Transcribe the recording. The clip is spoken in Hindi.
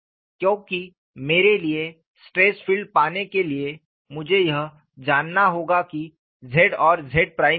क्योंकि मेरे लिए स्ट्रेस फील्ड पाने के लिए मुझे यह जानना होगा कि Z और Z प्राइम क्या है